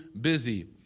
busy